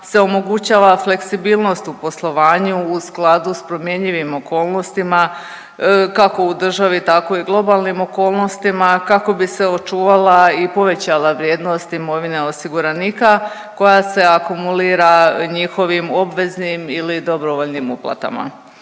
se omogućava fleksibilnost u poslovanju u skladu s promjenjivim okolnostima, kako u državi, tako i globalnim okolnostima, kako bi se očuvala i povećala vrijednost imovine osiguranika, koja se akumulira njihovim obveznim ili dobrovoljnim uplatama.